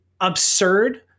absurd